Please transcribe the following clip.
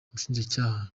ubushinjacyaha